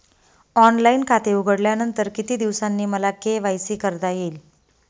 Online खाते उघडल्यानंतर किती दिवसांनी मला के.वाय.सी करता येईल?